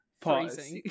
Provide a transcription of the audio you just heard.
Pause